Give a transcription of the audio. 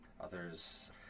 Others